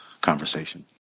conversation